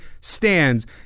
stands